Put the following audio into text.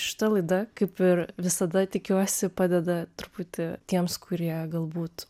šita laida kaip ir visada tikiuosi padeda truputį tiems kurie galbūt